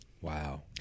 Wow